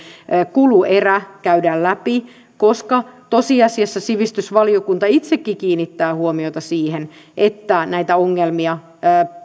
kuluerä käydään läpi koska tosiasiassa sivistysvaliokunta itsekin kiinnittää huomiota siihen että näitä ongelmia